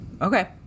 Okay